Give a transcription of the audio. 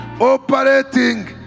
operating